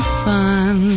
fun